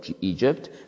Egypt